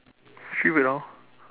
actually wait ah